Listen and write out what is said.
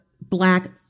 black